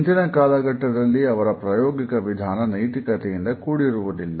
ಇಂದಿನ ಕಾಲಘಟ್ಟದಲ್ಲಿ ಅವರ ಪ್ರಾಯೋಗಿಕ ವಿಧಾನ ನೈತಿಕತೆಯಿಂದ ಕೂಡಿರುವುದಿಲ್ಲ